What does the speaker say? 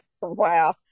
wow